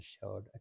showed